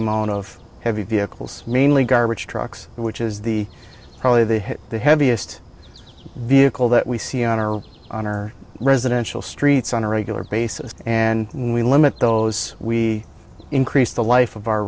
amount of heavy vehicles mainly garbage trucks which is the probably the heaviest vehicle that we see on our honor residential streets on a regular basis and we limit those we increase the life of our